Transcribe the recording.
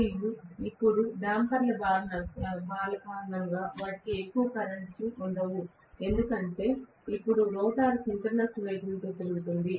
మరియు ఇప్పుడు డేంపర్ బార్ల కారణంగా వాటికి ఎక్కువ కరెంట్ లు ఉండవు ఎందుకంటే ఇప్పుడు రోటర్ సింక్రోనస్ వేగంతో తిరుగుతోంది